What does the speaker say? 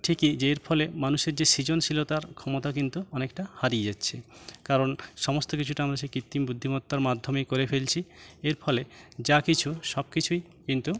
ঠিকই যে এর ফলে মানুষের যে সৃজনশীলতার ক্ষমতা কিন্তু অনেকটা হারিয়ে যাচ্ছে কারণ সমস্ত কিছুটা আমরা সেই কৃত্রিম বুদ্ধিমত্তার মাধ্যমেই করে ফেলছি এর ফলে যা কিছু সব কিছুই কিন্তু